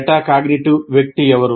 metacognitive వ్యక్తి ఎవరు